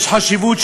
יש חשיבות,